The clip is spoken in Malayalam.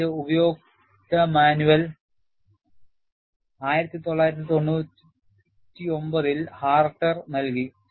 അതിന്റെ ഉപയോക്തൃ മാനുവൽ 1999 ൽ ഹാർട്ടർ നൽകി